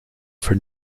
for